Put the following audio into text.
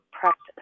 practice